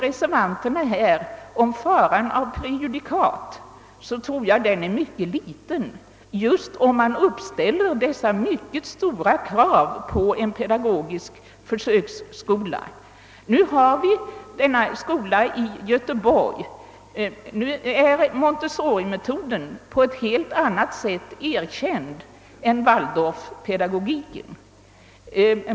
Reservanterna talar om faran för prejudikat, men jag tror att den är mycket liten, om man uppställer dessa mycket stora krav på en pedagogisk försöksskola. Nu har vi denna skola i Göteborg som tillämpar montessorimetoden, vilken metod är erkänd på ett helt annat sätt än waldorfpedagogiken.